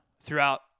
throughout